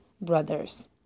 brothers